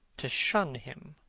to shun him.